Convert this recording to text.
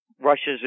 Russia's